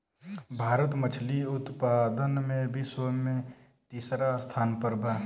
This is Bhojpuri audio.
भारत मछली उतपादन में विश्व में तिसरा स्थान पर बा